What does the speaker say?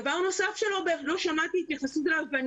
דבר נוסף שלא שמעתי התייחסות אליו ואני